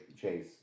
Chase